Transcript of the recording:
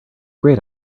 great